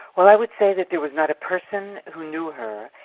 well, i would say that there was not a person who knew her,